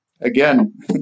again